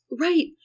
Right